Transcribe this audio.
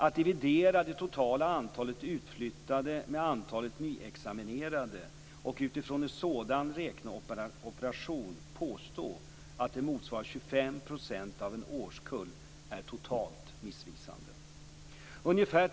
Att dividera det totala antalet utflyttade med antalet nyexaminerade och utifrån en sådan räkneoperation påstå att det motsvarar 25 % av en årskull är totalt missvisande.